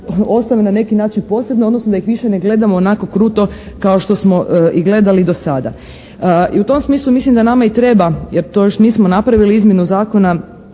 ostave na neki način posebno, odnosno da ih više ne gledamo onako kruto kao što smo i gledali do sada. I u tom smislu mislim da nama i treba, jer to još nismo napravili izmjenu Zakona